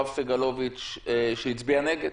יואב סגלוביץ' שהצביע נגד.